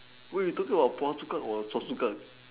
wait you talking about Phua-Chu-Kang or Choa-Chu-Kang